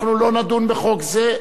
אנחנו לא נדון בחוק זה,